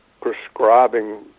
prescribing